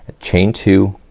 chain two,